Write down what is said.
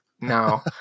No